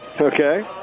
Okay